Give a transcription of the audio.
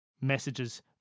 messages